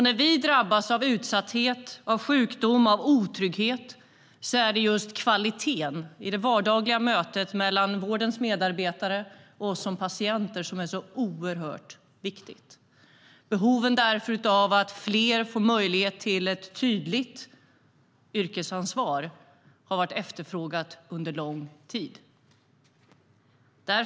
När vi drabbas av utsatthet, sjukdom och otrygghet är just kvaliteten i det vardagliga mötet mellan vårdens medarbetare och oss som patienter oerhört viktigt. Det finns ett behov av att fler får möjlighet till ett tydligt yrkesansvar. Detta har varit efterfrågat under lång tid.